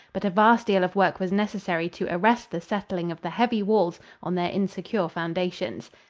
but a vast deal of work was necessary to arrest the settling of the heavy walls on their insecure foundations.